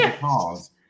cars